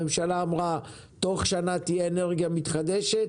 הממשלה אמרה שתוך שנה תהיה אנרגיה מתחדשת,